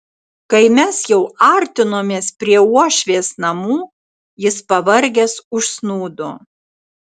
kai mes jau artinomės prie uošvės namų jis pavargęs užsnūdo